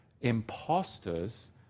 Imposters